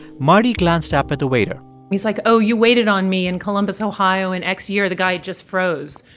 marty glanced up at the waiter he's like, oh, you waited on me in columbus, ohio, in x year. the guy just froze.